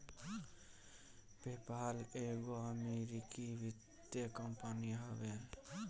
PayPal एगो अमरीकी वित्तीय कंपनी हवे